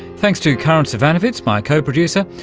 thanks to karin zsivanovits, my co-producer.